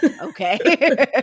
Okay